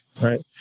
right